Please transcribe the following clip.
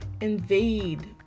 invade